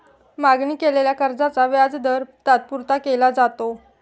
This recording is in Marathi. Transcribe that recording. मागणी केलेल्या कर्जाचा व्याजदर तात्पुरता केला जातो